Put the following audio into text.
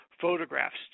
photographs